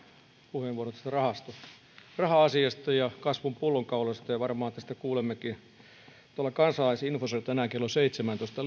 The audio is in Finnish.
puheenvuoron tästä raha asiasta ja kasvun pullonkauloista ja varmaan kuulemmekin lisää tästä aiheesta kansalaisinfossa tänään kello seitsemässätoista